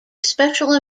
special